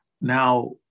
Now